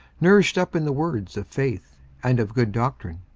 nourished up in the words of faith and of good doctrine,